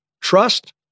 Trust